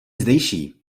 zdejší